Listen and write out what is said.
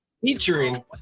featuring